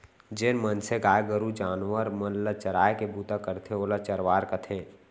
जेन मनसे गाय गरू जानवर मन ल चराय के बूता करथे ओला चरवार कथें